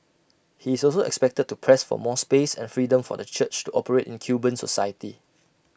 he is also expected to press for more space and freedom for the church to operate in Cuban society